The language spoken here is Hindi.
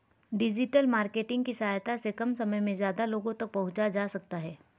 डिजिटल मार्केटिंग की सहायता से कम समय में ज्यादा लोगो तक पंहुचा जा सकता है